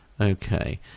Okay